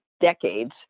decades